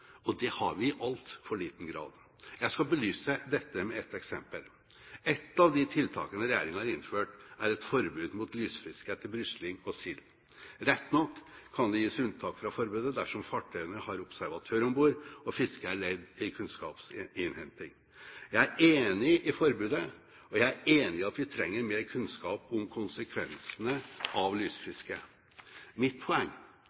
Det har vi i altfor liten grad. Jeg skal belyse det med et eksempel. Et av de tiltakene regjeringen har innført, er forbud mot lysfiske etter brisling og sild. Rett nok kan det gis unntak fra forbudet dersom fartøyene har observatør om bord og fisket er ledd i kunnskapsinnhenting. Jeg er enig i forbudet, og jeg er enig i at vi trenger mer kunnskap om konsekvensene av lysfisket. Mitt poeng